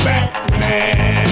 Batman